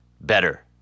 better